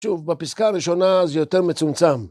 שוב, בפסקה הראשונה זה יותר מצומצם.